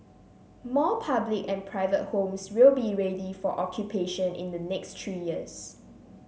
more public and private homes will be ready for occupation in the next three years